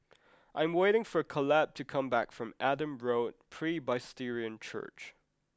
I am waiting for Kaleb to come back from Adam Road Presbyterian Church